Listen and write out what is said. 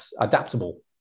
adaptable